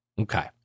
okay